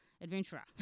adventurer